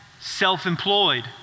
self-employed